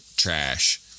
trash